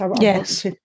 Yes